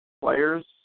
players